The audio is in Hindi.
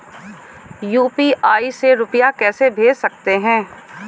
यू.पी.आई से रुपया कैसे भेज सकते हैं?